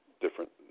different